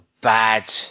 bad